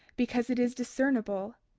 because it is discernible,